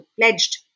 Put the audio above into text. pledged